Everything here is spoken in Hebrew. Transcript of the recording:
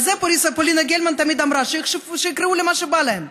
על זה פולינה גלמן תמיד אמרה: שיקראו לי מה שבא להם,